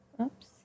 oops